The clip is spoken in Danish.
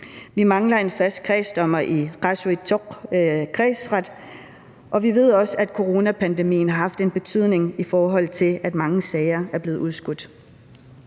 Vi mangler en fast kredsdommer i Qaasuitsoq Kredsret, og vi ved også, at coronapandemien har haft en betydning, i forhold til at mange sager er blevet udskudt.